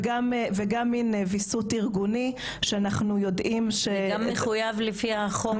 וגם מין ויסות ארגוני שאנחנו יודעים --- זה גם מחויב לפי החוק,